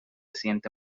siente